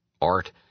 art